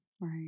Right